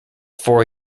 four